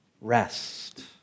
rest